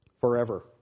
Forever